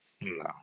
no